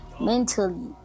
mentally